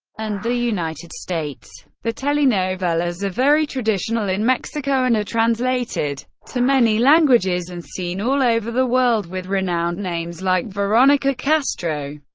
and the united states. the telenovelas are very traditional in mexico and are translated to many languages and seen all over the world with renowned names like veronica castro,